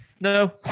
No